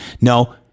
No